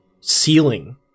ceiling